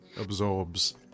absorbs